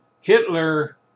Hitler